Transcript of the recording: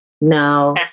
No